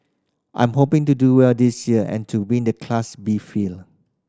I'm hoping to do well this year and to win the Class B field